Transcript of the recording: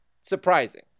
surprising